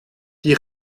die